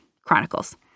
Chronicles